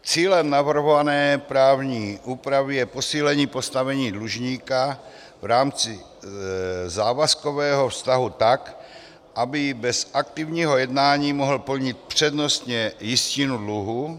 Cílem navrhované právní úpravy je posílení postavení dlužníka v rámci závazkového vztahu tak, aby i bez aktivního jednání mohl plnit přednostně jistinu dluhu.